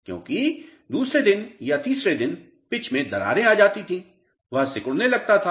क्योंकि दूसरे दिन या तीसरे दिन पिच में दरारें आ जाती थी वह सिकुड़ने लगता था